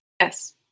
Yes